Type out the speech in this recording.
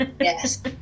yes